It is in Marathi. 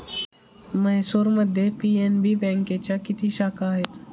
म्हैसूरमध्ये पी.एन.बी बँकेच्या किती शाखा आहेत?